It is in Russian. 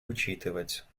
учитывать